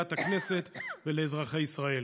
למליאת הכנסת ולאזרחי ישראל: